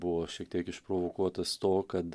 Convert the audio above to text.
buvo šiek tiek išprovokuotas to kad